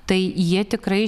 tai jie tikrai